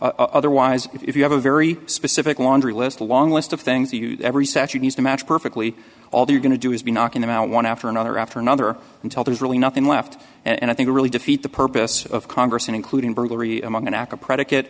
otherwise if you have a very specific laundry list a long list of things you use every set you need to match perfectly all you're going to do is be knocking them out one after another after another until there's really nothing left and i think really defeat the purpose of congress including burglary among an act of predi